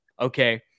Okay